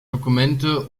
dokumente